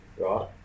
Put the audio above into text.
Right